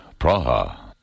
Praha